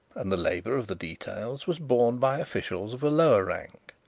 and the labour of the details was borne by officials of a lower rank.